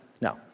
No